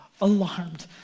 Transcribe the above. Alarmed